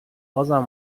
بازم